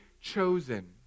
chosen